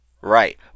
Right